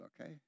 okay